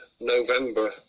November